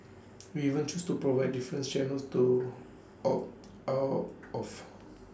we even choose to provide different channels to opt out of